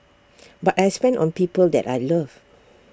but I spend on people that I love